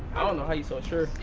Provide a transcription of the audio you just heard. i don't know how you're so sure.